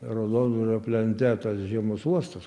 raudondvario plente tas žiemos uostas